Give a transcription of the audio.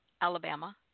Alabama